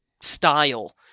style